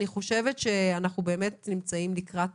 אני חושבת שאנחנו נמצאים לקראת